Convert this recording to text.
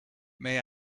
may